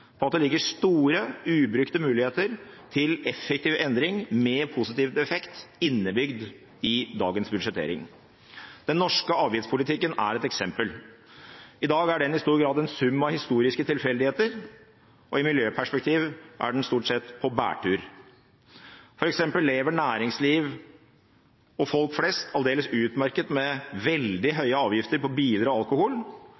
på at det ligger store, ubrukte muligheter til effektiv endring med positiv effekt innebygd i dagens budsjettering. Den norske avgiftspolitikken er et eksempel. I dag er den i stor grad en sum av historiske tilfeldigheter, og i et miljøperspektiv er den stort sett på bærtur. For eksempel lever næringsliv og folk flest aldeles utmerket med veldig høye avgifter på biler og alkohol,